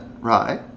right